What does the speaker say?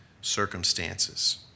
circumstances